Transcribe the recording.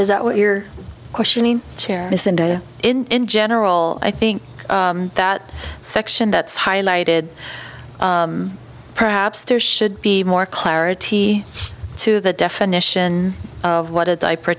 is that what you're questioning cherice into in general i think that section that's highlighted perhaps there should be more clarity to the definition of what a diaper